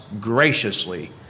graciously